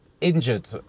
Injured